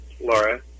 Laura